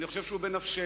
אני חושב שהוא בנפשנו.